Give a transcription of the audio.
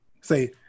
say